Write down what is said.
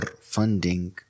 funding